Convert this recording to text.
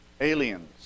aliens